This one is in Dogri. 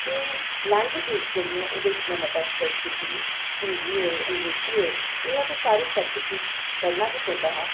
ते लैंग्वेजां जेह्ड़ियां ओह्दे च में मता स्ट्रैस्स दिंदी ही हिंदी होऐ अंग्रेजी होऐ इ'यां गै सारे सब्जैक्ट पढ़ना गै पौंदा हा